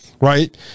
Right